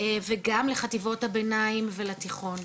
וגם לחטיבות הביניים ולתיכון.